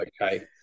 okay